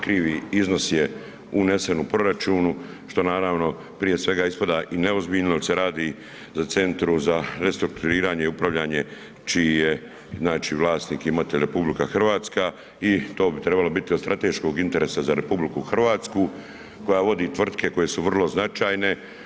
Krivi iznos je unesen u proračunu, što naravno, prije svega ispada i neozbiljno jer se radi o Centru za restrukturiranje i upravljanje čiji je vlasnik, imatelj, RH i to bi trebalo biti od strateškog interesa za RH koja vodi tvrtke koje su vrlo značajne.